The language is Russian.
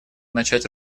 начать